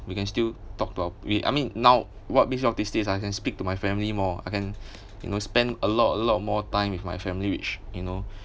we can still talk to our we I mean now what makes me optimistic I can speak to my family more I can you know spend a lot a lot more time with my family which you know